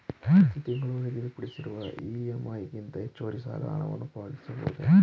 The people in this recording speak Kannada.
ಪ್ರತಿ ತಿಂಗಳು ನಿಗದಿಪಡಿಸಿರುವ ಇ.ಎಂ.ಐ ಗಿಂತ ಹೆಚ್ಚುವರಿ ಸಾಲದ ಹಣವನ್ನು ಪಾವತಿಸಬಹುದೇ?